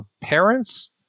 parents